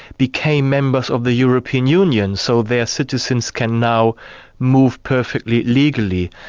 became members of the european union, so their citizens can now move perfectly legally,